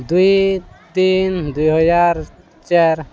ଦୁଇ ତିନି ଦୁଇ ହଜାର ଚାରି